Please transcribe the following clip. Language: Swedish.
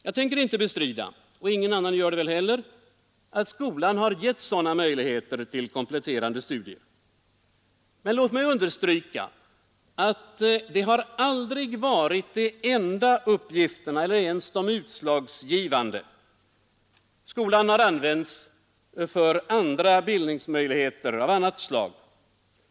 Jag tänker inte bestrida — och ingen annan gör det väl heller — att skolan har gett sådana möjligheter till kompletterande studier. Men låt mig understryka att de aldrig har varit de enda uppgifterna eller ens de utslagsgivande. Skolan har använts för att bereda bildningsmöjligheter också av annat slag.